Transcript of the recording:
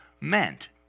meant